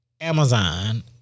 Amazon